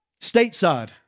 Stateside